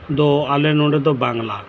ᱫᱚ ᱟᱞᱮ ᱱᱚᱰᱮ ᱫᱚ ᱵᱟᱝᱞᱟ